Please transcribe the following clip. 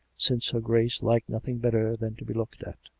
since her grace liked nothing better than to be looked at.